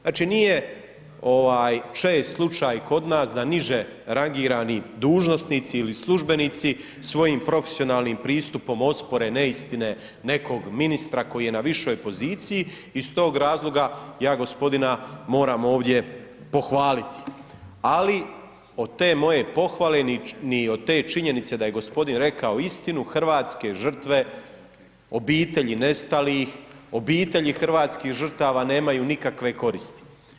Znači nije čest slučaj kod nas da niže rangirani dužnosnici ili službenici svojim profesionalnim pristupom ospore neistine nekog ministra koji je na višoj poziciji i stog razloga ja gospodina moram ovdje pohvaliti, ali od te moje pohvale, ni od te činjenice da je gospodin rekao istinu, hrvatske žrtve, obitelji nestalih, obitelji hrvatskih žrtava nemaju nikakve koristi.